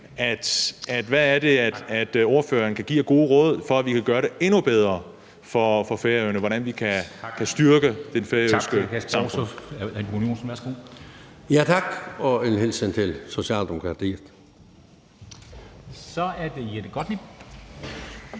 hvad det er, ordføreren kan give af gode råd, for at vi kan gøre det endnu bedre for Færøerne, og hvordan vi kan styrke det færøske